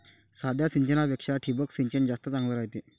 साध्या सिंचनापेक्षा ठिबक सिंचन जास्त चांगले रायते